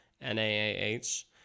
n-a-a-h